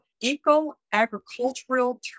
eco-agricultural